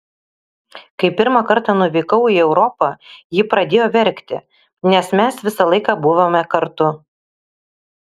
kai pirmą kartą nuvykau į europą ji pradėjo verkti nes mes visą laiką buvome kartu